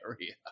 area